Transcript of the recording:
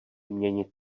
měnit